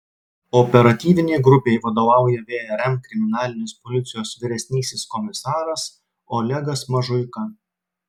operatyvinei grupei vadovauja vrm kriminalinės policijos vyresnysis komisaras olegas mažuika